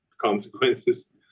consequences